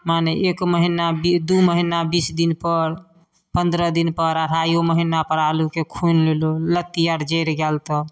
माने एक महिना दुइ महिना बीस दिनपर पनरह दिनपर अढ़ाइओ महिनापर आलूके खुनि लेलहुँ लत्ती अओर जरि गेल तऽ